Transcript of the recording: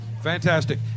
Fantastic